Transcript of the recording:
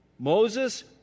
Moses